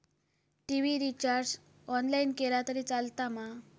TV recharge online केला तरी चलात मा?